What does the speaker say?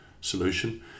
solution